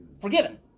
forgiven